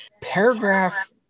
paragraph